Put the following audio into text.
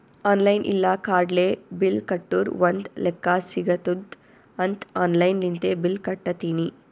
online ಇಲ್ಲ ಕಾರ್ಡ್ಲೆ bill ಕಟ್ಟುರ್ ಒಂದ್ ಲೆಕ್ಕಾ ಸಿಗತ್ತುದ್ ಅಂತ್ ಆನ್ಲೈನ್ ಲಿಂತೆ ಬಿಲ್ ಕಟ್ಟತ್ತಿನಿ